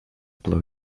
blow